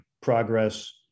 progress